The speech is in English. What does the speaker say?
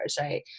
right